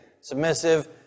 submissive